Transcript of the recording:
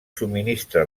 subministra